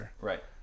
right